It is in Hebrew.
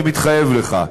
אני מתחייב לך.